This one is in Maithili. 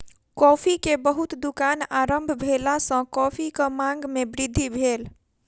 कॉफ़ी के बहुत दुकान आरम्भ भेला सॅ कॉफ़ीक मांग में वृद्धि भेल